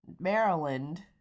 Maryland